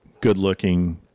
good-looking